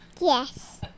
Yes